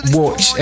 watch